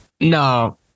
no